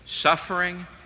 Suffering